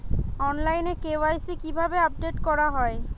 অনলাইনে কে.ওয়াই.সি কিভাবে আপডেট করা হয়?